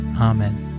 Amen